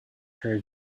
her